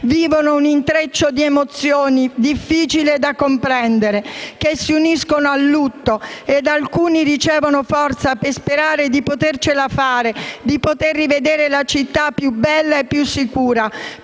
vivono un intreccio di emozioni difficile da comprendere, si uniscono al lutto ed alcuni ricevono forza per sperare di potercela fare. Sperano di poter rivedere la città più bella e più sicura,